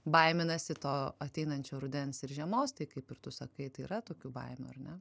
baiminasi to ateinančio rudens ir žiemos tai kaip ir tu sakai tai yra tokių baimių ar ne